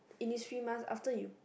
Innisfree mask after you